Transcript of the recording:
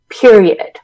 period